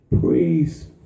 Praise